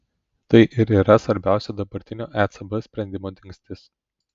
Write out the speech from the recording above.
tai ir yra svarbiausia dabartinio ecb sprendimo dingstis